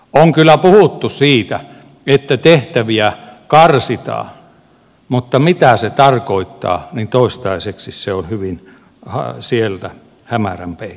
on kyllä puhuttu siitä että tehtäviä karsitaan mutta mitä se tarkoittaa se on toistaiseksi hyvin siellä hämärän peitossa